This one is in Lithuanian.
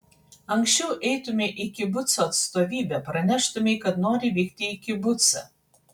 anksčiau eitumei į kibuco atstovybę praneštumei kad nori vykti į kibucą